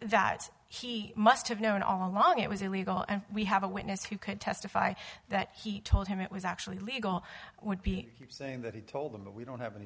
that he must have known all along it was illegal and we have a witness who could testify that he told him it was actually legal would be saying that he told them that we don't have any